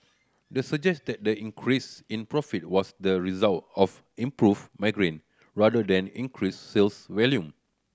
the suggest that the increase in profit was the result of improved margin rather than increased sales volume